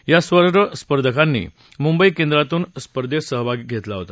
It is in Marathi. या सर्व स्पर्धकांनी मुंबई केंद्रातून स्पर्धेत सहभाग घेतला होता